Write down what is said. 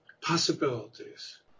possibilities